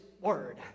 word